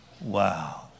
Wow